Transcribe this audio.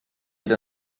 geht